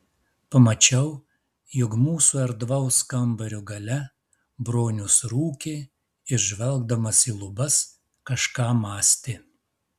pamačiau jog mūsų erdvaus kambario gale bronius rūkė ir žvelgdamas į lubas kažką mąstė